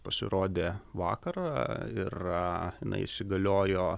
pasirodė vakar ir įsigaliojo